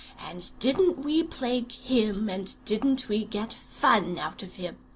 and didn't we plague him! and didn't we get fun out of him!